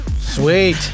sweet